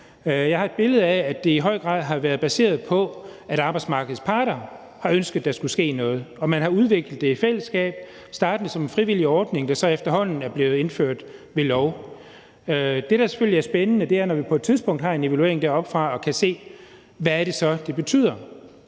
Jeg har et billede af, at det i høj grad har været baseret på, at arbejdsmarkedets parter har ønsket, at der skulle ske noget, og at man har udviklet det i fællesskab, startende som en frivillig ordning, der efterhånden er blevet indført ved lov. Det, der selvfølgelig er spændende, er, når vi på et tidspunkt har en evaluering deroppefra og kan se, hvad det så betyder.